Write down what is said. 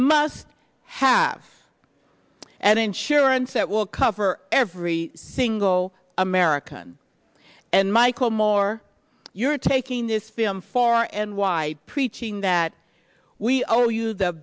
must have an insurance that will cover every single american and michael moore you're taking this film far and why preaching that we owe you the